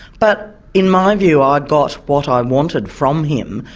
but in my view i'd got what i wanted from him,